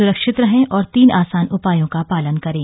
सुरक्षित रहें और ंतीन आसान उपायों का पालन करें